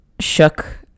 shook